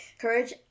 Courage